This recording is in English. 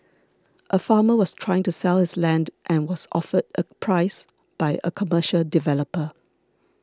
a farmer was trying to sell his land and was offered a price by a commercial developer